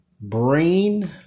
brain